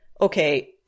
Okay